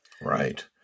Right